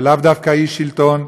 ולאו דווקא איש שלטון.